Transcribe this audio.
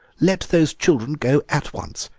let those children go at once.